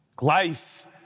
Life